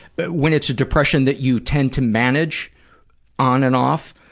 but when it's a depression that you tend to manage on and off,